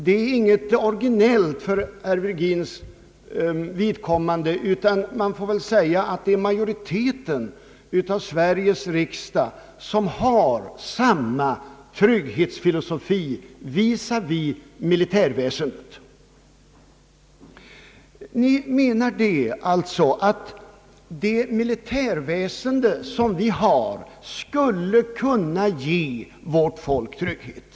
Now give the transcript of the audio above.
Det är ingenting originellt för herr Virgins vidkommande, ty man får väl säga att majoriteten av Sveriges riksdag har samma trygghetsfilosofi visavi militärväsendet. Man menar att vårt militärväsende skall kunna ge vårt folk trygghet.